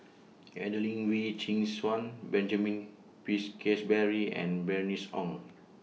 Adelene Wee Chin Suan Benjamin Peach Keasberry and Bernice Ong